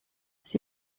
sie